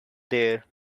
there